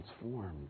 transformed